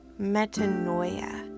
metanoia